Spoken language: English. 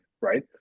Right